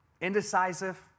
indecisive